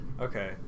Okay